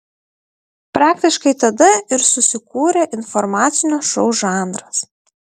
praktiškai tada ir susikūrė informacinio šou žanras